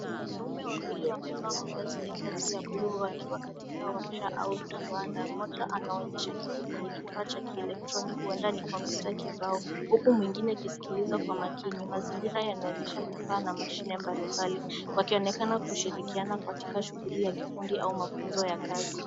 Wanaume wawili wamevaa mavazi ya kazi ya blue , wakiwa katika wacha au kiwanda. Mmoja anaonyesha kitu kwenye kifaa cha kieletroniki, huenda ni kompyuta kibao, huku mwingine akisikiliza kwa makini. Mazingira yanaonyesha vifaa na mashine mbalimbali, wakionekana kushirikiana katika shughuli ya kifundi au mafunzo ya kazi.